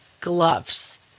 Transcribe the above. gloves